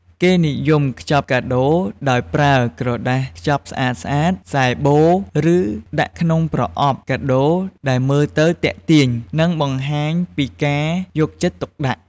គេនិយមខ្ចប់កាដូរដោយប្រើ ក្រដាសខ្ចប់ស្អាតៗ ខ្សែបូ ឬដាក់ក្នុង ប្រអប់កាដូរ ដែលមើលទៅទាក់ទាញ និងបង្ហាញពីការយកចិត្តទុកដាក់។